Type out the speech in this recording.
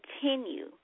continue